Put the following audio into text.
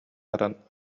баран